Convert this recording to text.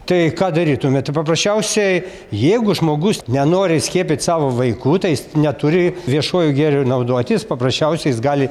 tai ką darytume tai paprasčiausiai jeigu žmogus nenori skiepyt savo vaikų tai jis neturi viešuoju gėriu naudotis paprasčiausiai jis gali